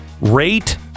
rate